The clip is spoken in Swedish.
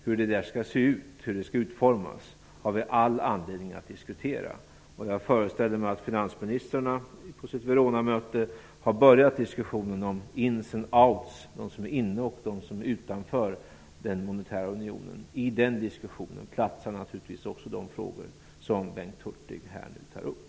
Hur det skall se ut och hur det skall utformas har vi all anledning att diskutera. Jag föreställer mig att finansministrarna på sitt Veronamöte har börjat diskussionen om ins and outs, dvs. de som är inne och de som är utanför den monetära unionen. I den diskussionen platsar naturligtvis också de frågor som Bengt Hurtig nu tar upp.